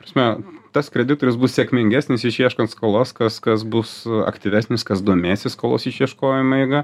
prasme tas kreditorius bus sėkmingesnis išieškant skolas kas kas bus aktyvesnis kas domėsis skolos išieškojimo eiga